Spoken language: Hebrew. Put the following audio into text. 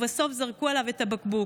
ובסוף זרקו עליו את הבקבוק.